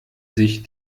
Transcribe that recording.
sich